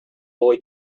boy